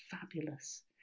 fabulous